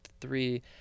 three